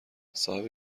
صاحب